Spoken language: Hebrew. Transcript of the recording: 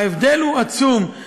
ההבדל הוא עצום.